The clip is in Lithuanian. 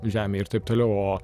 žemė ir taip toliau o